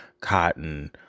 cotton